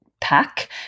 pack